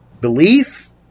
belief